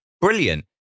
Brilliant